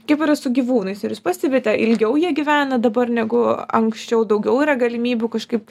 kaip yra su gyvūnais ar jūs pastebite ilgiau jie gyvena dabar negu anksčiau daugiau yra galimybių kažkaip